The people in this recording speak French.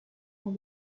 dans